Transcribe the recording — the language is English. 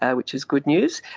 ah which is good news.